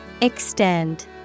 Extend